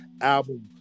album